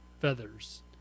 feathers